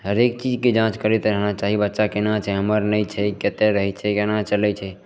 हरेक चीजके जाँच करैत रहना चाही बच्चा कोना छै हमर नहि छै कतए रहै छै कोना चलै छै